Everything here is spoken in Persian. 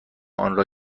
آنرا